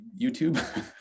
YouTube